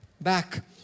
back